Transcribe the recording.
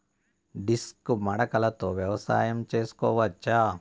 Disc మడకలతో వ్యవసాయం చేసుకోవచ్చా??